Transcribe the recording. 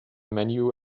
menu